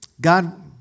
God